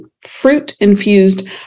fruit-infused